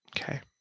Okay